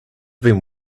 been